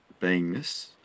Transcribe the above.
beingness